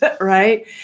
right